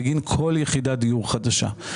בגין כל יחידת דיור חדשה.